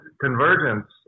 convergence